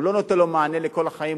הוא לא נותן לו מענה לכל החיים,